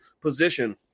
position